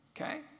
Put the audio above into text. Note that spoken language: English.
okay